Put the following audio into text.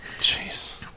Jeez